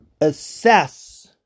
assess